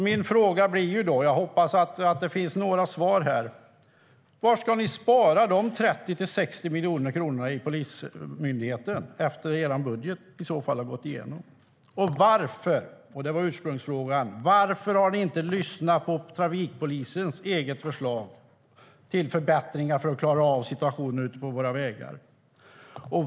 Mina frågor blir - och jag hoppas att det finns svar: Var ska ni spara de 30-60 miljoner kronorna i Polismyndigheten efter att er budget gått igenom? Varför, och det var ursprungsfrågan, har ni inte lyssnat på trafikpolisens eget förslag till förbättringar av situationen på våra vägar?